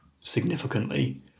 significantly